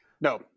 no